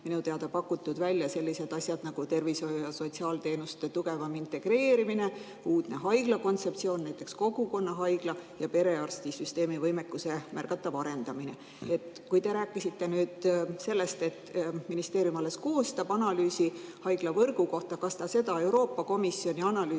minu teada pakutud välja sellised asjad nagu tervishoiu ja sotsiaalteenuste tugevam integreerimine, uudne haiglakontseptsioon, näiteks kogukonnahaigla, ja perearstisüsteemi võimekuse märgatav arendamine. Te rääkisite sellest, et ministeerium alles koostab analüüsi haiglavõrgu kohta, aga küsin, kas ta seda Euroopa Komisjoni analüüsi